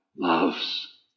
Loves